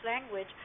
language